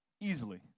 Easily